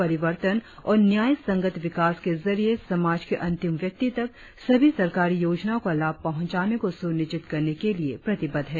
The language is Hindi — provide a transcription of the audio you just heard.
परिवर्तन और न्यायसंगत विकास के जरिए समाज के अंतिम व्यक्ति तक सभी सरकारी योजनाओं का लाभ पहुंचाने को सुनिश्चित करने के लिए प्रतिबद्ध है